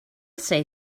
say